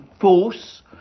force